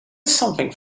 something